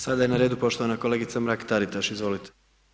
Sada je na redu poštovana kolegica Mrak-Taritaš, izvolite.